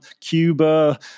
Cuba